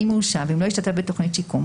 אם יורשע ואם לא ישתתף בתוכנית שיקום,